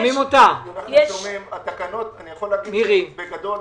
התקנות, בגדול,